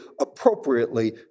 appropriately